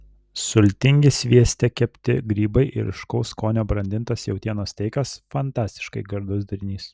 sultingi svieste kepti grybai ir ryškaus skonio brandintas jautienos steikas fantastiškai gardus derinys